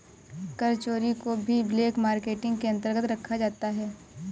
कर चोरी को भी ब्लैक मार्केटिंग के अंतर्गत रखा जाता है